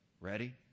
ready